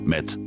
Met